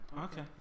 Okay